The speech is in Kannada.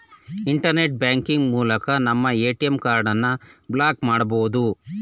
ಇಂಟರ್ನೆಟ್ ಬ್ಯಾಂಕಿಂಗ್ ಮೂಲಕ ನಮ್ಮ ಎ.ಟಿ.ಎಂ ಕಾರ್ಡನ್ನು ಬ್ಲಾಕ್ ಮಾಡಬೊದು